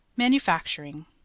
Manufacturing